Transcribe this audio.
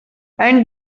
and